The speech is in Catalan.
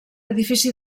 edifici